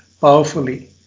powerfully